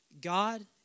God